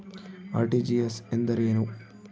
RTGS ಎಂದರೇನು?